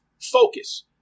focus